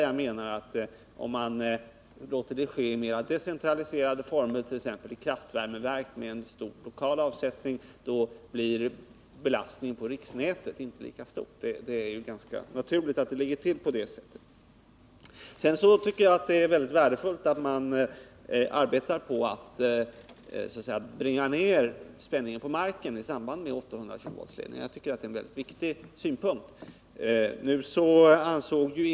Jag menar att om man låter det ske i mera decentraliserade former, t.ex. i kraftvärmeverk med stor lokal avsättning, blir belastningen på riksnätet inte lika stor. Det är ju ganska naturligt att det ligger till på det sättet. Sedan tycker jag att det är mycket värdefullt att man arbetar på att så att säga nedbringa spänningen på marken i samband med 800-kV-ledningar — det är en viktig synpunkt.